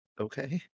okay